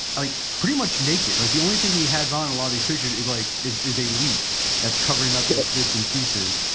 like pretty much naked, like the only thing he has on a lot of these pictures is like is is a leaf that's covering ah his bits and pieces.